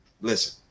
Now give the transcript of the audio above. listen